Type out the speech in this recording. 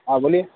ہاں بولیے